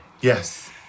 Yes